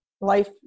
life